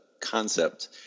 Concept